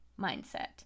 mindset